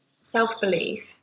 Self-belief